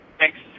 thanks